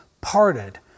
parted